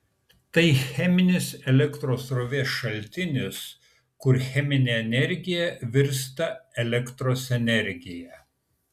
tai cheminis elektros srovės šaltinis kur cheminė energija virsta elektros energija